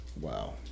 Wow